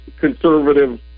conservative